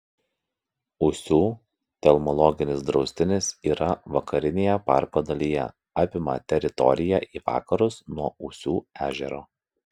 ūsių telmologinis draustinis yra vakarinėje parko dalyje apima teritoriją į vakarus nuo ūsių ežero